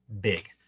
big